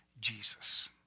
Jesus